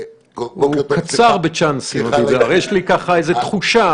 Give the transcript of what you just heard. הוא קצר בצ'אנסים, יש לי איזו תחושה